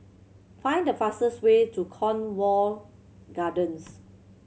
find the fastest way to Cornwall Gardens